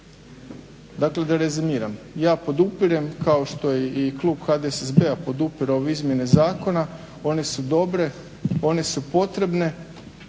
Dakle da rezimiram, ja podupirem kao što je i klub HDSSB-a podupirao ove izmjene zakona, one su dobre, one su potrebne